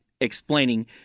explaining